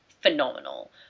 phenomenal